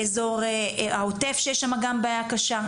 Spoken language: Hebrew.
באזור העוטף שיש גם שם בעיה קשה,